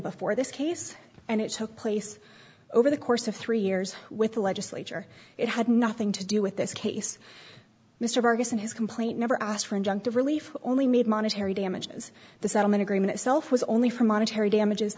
before this case and it took place over the course of three years with the legislature it had nothing to do with this case mr vargas and his complaint never asked for injunctive relief only made monetary damages the settlement agreement itself was only for monetary damages